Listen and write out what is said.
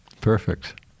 Perfect